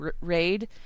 raid